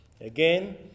Again